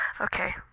Okay